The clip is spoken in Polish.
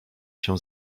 się